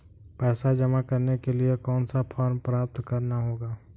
पैसा जमा करने के लिए कौन सा फॉर्म प्राप्त करना होगा?